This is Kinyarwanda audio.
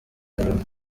nyuma